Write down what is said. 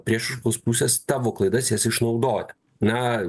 priešiškos pusės tavo klaidas jas išnaudoja na